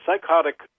psychotic